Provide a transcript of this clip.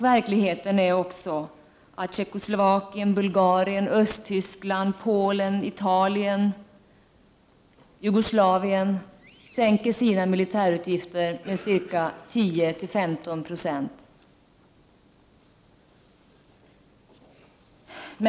Verkligheten är också att Tjeckoslovakien, Bulgarien, Östtyskland, Polen, Italien och Jugoslavien sänker sina militärutgifter med 10-15 90.